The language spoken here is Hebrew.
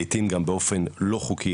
לעיתים גם באופן לא חוקי,